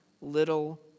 little